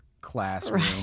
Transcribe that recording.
classroom